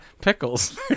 pickles